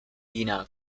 jiná